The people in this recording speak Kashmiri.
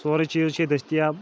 سورُے چیٖز چھِ یہِ دٔستِیاب